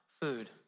food